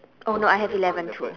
oh no I have eleven too